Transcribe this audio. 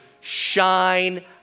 shine